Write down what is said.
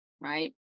right